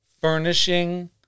furnishing